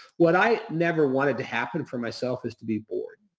what i never wanted to happen for myself is to be bored.